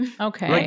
Okay